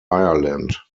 ireland